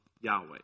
Yahweh